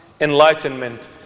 enlightenment